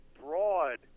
broad